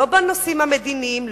לא בנושאים המדיניים,